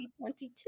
2022